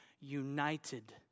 united